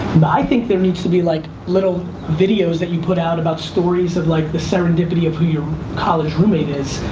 but i think there needs to be like little videos that you put out about stories of like the serendipity of who your college roommate is,